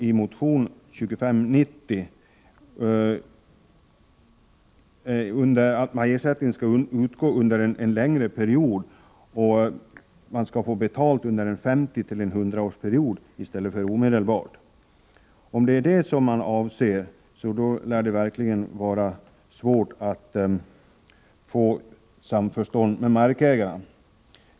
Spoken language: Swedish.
I motion 2590 krävs ju att man skall få betalt under en period på 50-100 år i stället för omgående. Är det vad som avses lär det bli svårt att uppnå samförstånd med markägarna.